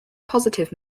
positive